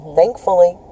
thankfully